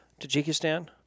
Tajikistan